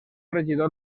regidor